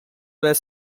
were